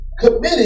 committed